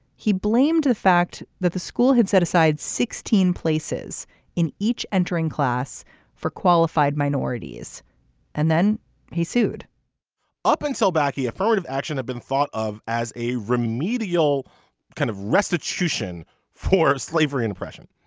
he blamed the fact that the school had set aside sixteen places in each entering class for qualified minorities and then he sued up and sell back affirmative action have been thought of as a remedial kind of restitution for slavery and oppression.